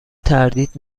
تردید